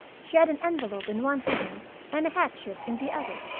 she had an envelope in one hand, and a hatchet in the other.